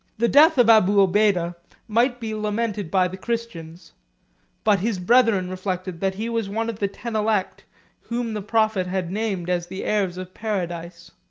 the death of abu obeidah might be lamented by the christians but his brethren recollected that he was one of the ten elect whom the prophet had named as the heirs of paradise.